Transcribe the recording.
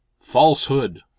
Falsehood